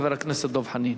חבר הכנסת דב חנין.